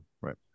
Right